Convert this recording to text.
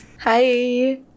Hi